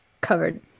covered